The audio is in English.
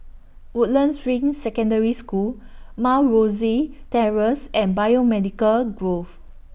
Woodlands Ring Secondary School Mount Rosie Terrace and Biomedical Grove